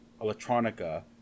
electronica